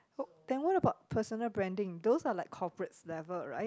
then what about personal branding those are like coorporate's level right